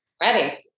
Ready